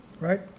right